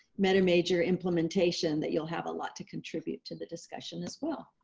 meta major implementation that you'll have a lot to contribute to the discussion as well.